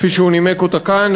כפי שהוא נימק אותה כאן,